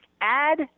add